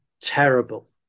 terrible